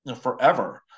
forever